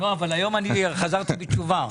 היום חזרתי בתשובה.